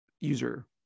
user